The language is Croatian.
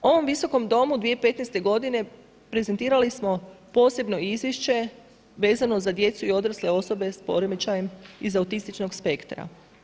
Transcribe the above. Ovom visokom Domu 2015. godine prezentirali smo posebno izvješće vezano za djecu i odrasle osobe s poremećajem iz autističnog spektra.